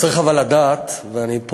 צריך אבל לדעת, ואני פה